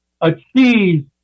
achieve